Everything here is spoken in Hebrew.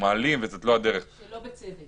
מעלים ושזאת לא הדרך --- שלא בצדק.